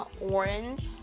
Orange